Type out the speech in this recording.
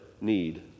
need